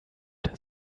der